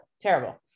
terrible